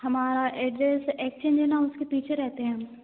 हमारा address exchange है ना उसके पीछे रहते है हम